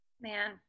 Man